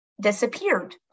disappeared